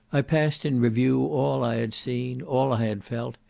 i passed in review all i had seen, all i had felt,